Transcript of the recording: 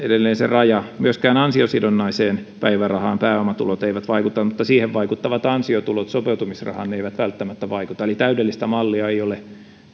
raja myöskään ansiosidonnaiseen päivärahaan pääomatulot eivät vaikuta mutta siihen vaikuttavat ansiotulot sopeutumisrahaan ne eivät välttämättä vaikuta eli täydellistä mallia